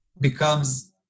becomes